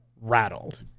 rattled